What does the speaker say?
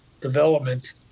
development